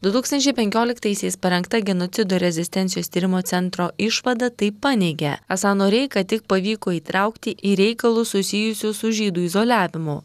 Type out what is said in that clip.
du tūkstančiai penkioliktaisiais parengta genocido rezistencijos tyrimo centro išvada tai paneigė esą noreiką tik pavyko įtraukti į reikalus susijusius su žydų izoliavimu